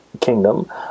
kingdom